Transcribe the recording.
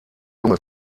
junge